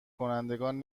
کنندگان